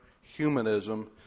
humanism